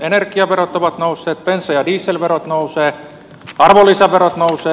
energiaverot ovat nousseet bensa ja dieselverot nousevat arvonlisävero nousee